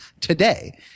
today